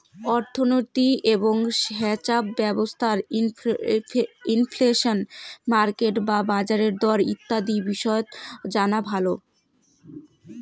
অর্থনীতি এবং হেছাপ ব্যবস্থার ইনফ্লেশন, মার্কেট বা বাজারের দর ইত্যাদি বিষয় জানা ভালো